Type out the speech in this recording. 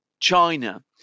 China